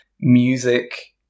music